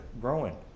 growing